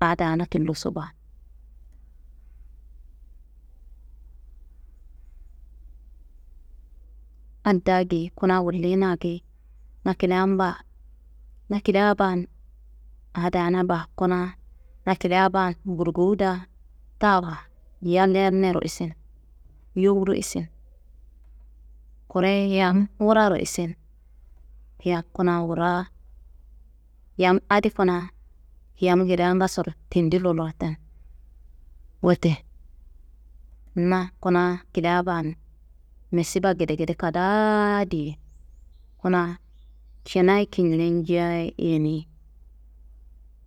A daana tulloso baa. Adda geyi kuna gullina geyi, na kilian baa, na kilia baan aa daana baa. Kuna na kilia baan burgowu daa taba yal yernero isi- n, yowuro isi- n, kure yam wuraro isi- n, yam kuna wuraa, yam adi kuna yamngedea ngasoro tendi lolorten. Wote na kuna kilia baan misiba gedegede kadaa diye. Kuna kinayi kinjenjea ye yeni,